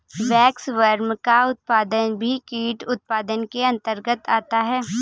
waxworm का उत्पादन भी कीट उत्पादन के अंतर्गत आता है